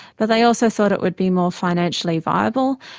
but they also thought it would be more financially viable.